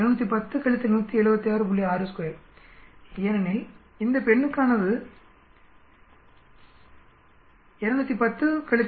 62 ஏனெனில் இது பெண்ணுக்கானது 210 176